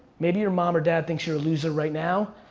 maybe your mom or dad thinks you're a loser right now,